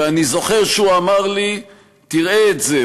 ואני זוכר שהוא אמר לי: תראה את זה,